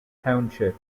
township